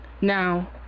now